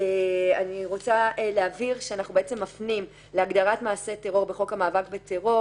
אני רוצה להבהיר שאנחנו בעצם מפנים להגדרת מעשה טרור בחוק המאבק בטרור.